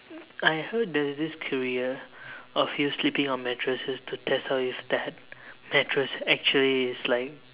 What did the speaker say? I heard there's this career of you sleeping on mattresses to test out if that mattress actually is like